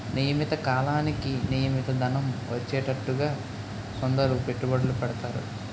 నియమిత కాలానికి నియమిత ధనం వచ్చేటట్టుగా కొందరు పెట్టుబడులు పెడతారు